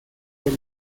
del